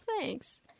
thanks